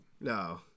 no